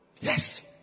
Yes